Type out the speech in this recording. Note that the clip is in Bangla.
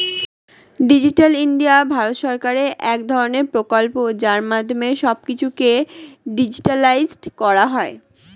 ডিজিটাল ইন্ডিয়া ভারত সরকারের এক ধরণের প্রকল্প যার মাধ্যমে সব কিছুকে ডিজিটালাইসড করা হয়